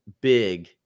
big